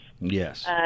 Yes